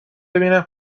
ببینم